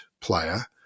player